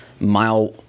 mile